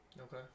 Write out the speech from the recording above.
Okay